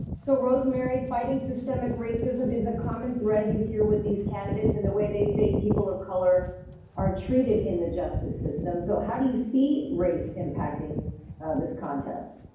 so rosemary, fighting systemic racism is a common thread you hear with these candidates and the way they say people of color are treated in the justice system. so, how do you see race impacting this contest?